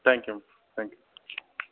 thank you thank you